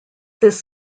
this